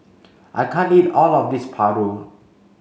I can't eat all of this Paru